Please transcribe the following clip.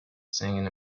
singing